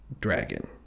dragon